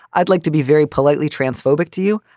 i'd like to be very politely transphobic to you.